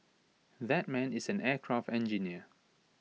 that man is an aircraft engineer